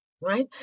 right